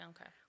Okay